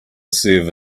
serve